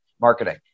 marketing